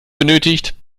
benötigt